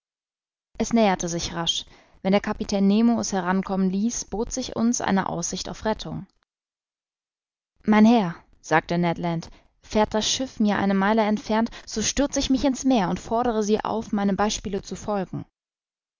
es näherte sich rasch wenn der kapitän nemo es herankommen ließ bot sich uns eine aussicht auf rettung mein herr sagte ned land fährt das schiff mir eine meile entfernt so stürz ich mich in's meer und fordere sie auf meinem beispiele zu folgen